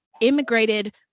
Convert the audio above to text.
Immigrated